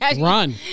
Run